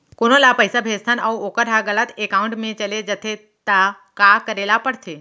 कोनो ला पइसा भेजथन अऊ वोकर ह गलत एकाउंट में चले जथे त का करे ला पड़थे?